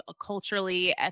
culturally